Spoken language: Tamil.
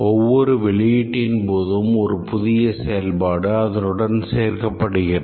ஒவ்வொரு வெளியீட்டின் போதும் ஒரு புதிய செயல்பாடு அதனுடன் சேர்க்கப்படுகிறது